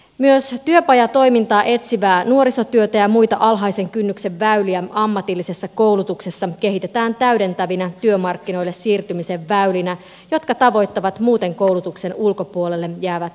myös työpajatoimintaa etsivää nuorisotyötä ja muita alhaisen kynnyksen väyliä ammatillisessa koulutuksessa kehitetään täydentävinä työmarkkinoille siirtymisen väylinä jotka tavoittavat muuten koulutuksen ulkopuolelle jäävät ryhmät